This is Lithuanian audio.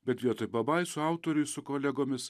bet vietoj pabaisų autoriui su kolegomis